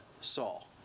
Saul